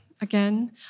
again